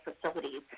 facilities